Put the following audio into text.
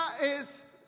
es